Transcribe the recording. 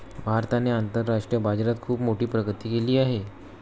भारताने आंतरराष्ट्रीय बाजारात खुप मोठी प्रगती केली आहे